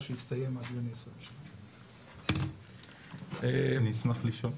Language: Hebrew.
שיסתיים עד יוני 2022. אני אשמח לשאול.